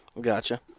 Gotcha